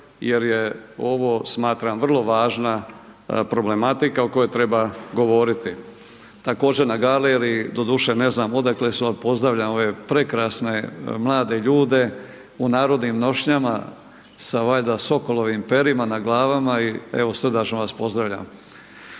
jer je ovo smatram vrlo važna problematika o kojoj treba govoriti. Također na galeriji, doduše ne znam odakle su ali pozdravljam ove prekrasne mlade ljude u narodnim nošnjama sa valjda sokolovim parijama na glavama i evo srdačno vas pozdravljam.